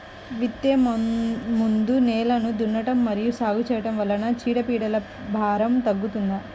విత్తే ముందు నేలను దున్నడం మరియు సాగు చేయడం వల్ల చీడపీడల భారం తగ్గుతుందా?